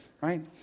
Right